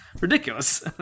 ridiculous